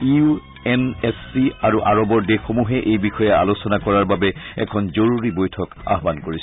U N S C আৰু আৰবৰ দেশসমূহে এই বিষয়ে আলোচনা কৰাৰ বাবে এখন জৰুৰী বৈঠকৰ আহ্বান কৰিছে